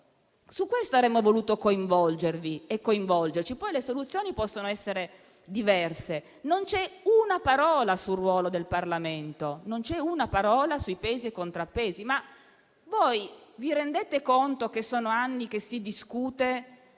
Su questo avremmo voluto coinvolgervi e coinvolgerci, poi le soluzioni possono essere diverse. Non c'è però una parola sul ruolo del Parlamento, né sui pesi e i contrappesi. Vi rendete conto che sono anni che si discute